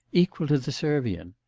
equal to the servian.